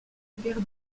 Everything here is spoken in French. père